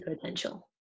potential